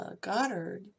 Goddard